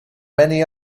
many